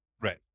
right